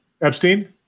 Epstein